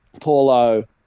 Paulo